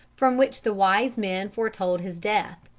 from which the wise men foretold his death.